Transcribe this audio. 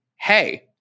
hey